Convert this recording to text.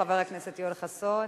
חבר הכנסת יואל חסון,